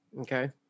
okay